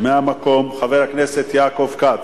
מהמקום חבר הכנסת יעקב כץ.